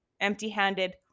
empty-handed